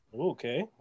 Okay